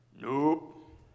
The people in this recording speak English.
Nope